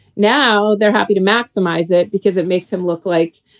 now they're happy to maximize it because it makes him look like,